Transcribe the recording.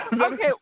Okay